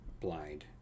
blind